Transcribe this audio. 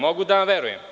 Mogu da vam verujem.